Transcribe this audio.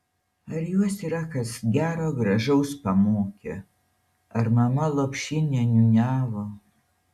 ar juos yra kas gero gražaus pamokę ar mama lopšinę niūniavo